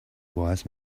wise